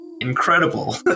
incredible